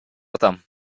атам